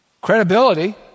credibility